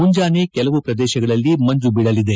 ಮುಂಜಾನೆ ಕೆಲವು ಪ್ರದೇಶಗಳಲ್ಲಿ ಮಂಜು ಬೀಳಲಿದೆ